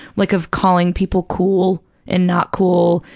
like of calling people cool and not cool,